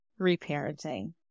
reparenting